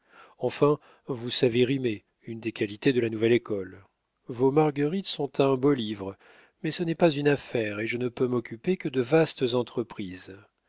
enfin vous savez rimer une des qualités de la nouvelle école vos marguerites sont un beau livre mais ce n'est pas une affaire et je ne peux m'occuper que de vastes entreprises